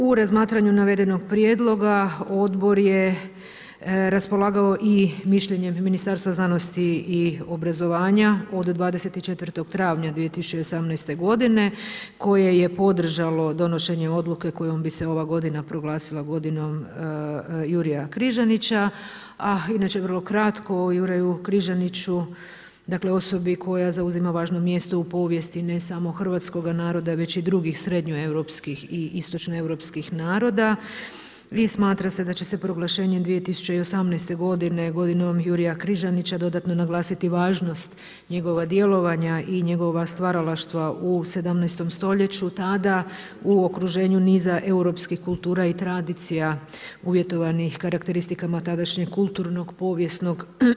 U razmatranju navedenog prijedloga, odbor je raspolagao i mišljenjem Ministarstva znanosti i obrazovanja od 24. travnja 2018. g. koje je podržalo donošenje odluke kojom bi se ova godina proglasila godinom Jurja Križanića a inače vrlo kratko o Juraju Križaniću, dakle osobi koja zauzima važno mjesto u povijesti ne samo hrvatskoga naroda već i drugih srednjoeuropskih i istočno europskih naroda i smatra se da će se proglašenjem 2018. g. godinom Jurja Križanića dodatno naglasiti važnost njegova djelovanja i njegova stvaralaštva u 17. st. tada u okruženju niza europskih kultura i tradicija uvjetovanih karakteristikama tadašnjeg kulturnog, povijesnog.